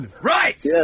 Right